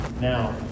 now